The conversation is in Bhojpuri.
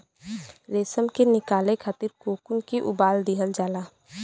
रेशम के निकाले खातिर कोकून के उबाल दिहल जाला